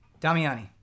Damiani